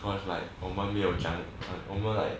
cause like 我们没有讲我们 like